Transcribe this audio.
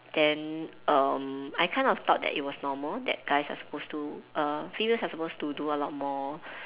then um I kind of thought that it was normal that guys are supposed to err females are supposed to do a lot more